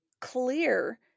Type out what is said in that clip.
clear